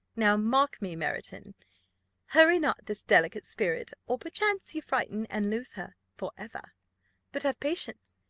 now, mark me, marraton hurry not this delicate spirit, or perchance you frighten and lose her for ever but have patience,